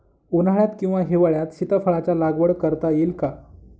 उन्हाळ्यात किंवा हिवाळ्यात सीताफळाच्या लागवड करता येईल का?